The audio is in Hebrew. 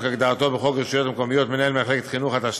כהגדרתו בחוק הרשויות המקומיות (מנהל מחלקת חינוך),